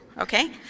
Okay